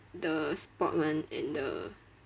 the sport one and the